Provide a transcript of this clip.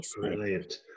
brilliant